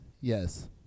Yes